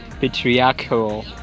patriarchal